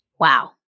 Wow